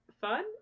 fun